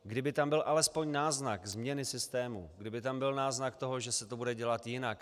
Kdyby tam byl alespoň náznak změny systému, kdyby tam byl náznak toho, že se to bude dělat jinak.